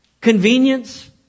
Convenience